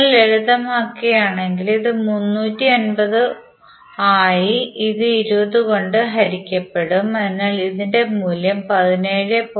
നിങ്ങൾ ലളിതമാക്കുകയാണെങ്കിൽ ഇത് 350 ആയി ഇത് 20 കൊണ്ട് ഹരിക്കപ്പെടും അതിനാൽ ഇതിന്റെ മൂല്യം 17